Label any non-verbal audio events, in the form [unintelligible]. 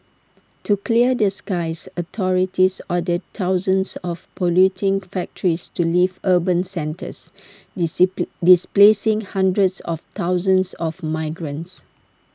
to clear the skies authorities ordered thousands of polluting factories to leave urban centres [unintelligible] displacing hundreds of thousands of migrants